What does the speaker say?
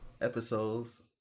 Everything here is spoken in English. episodes